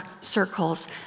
circles